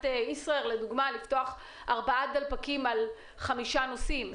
ישראייר למשל לפתוח ארבעה דלפקים על חמישה נוסעים.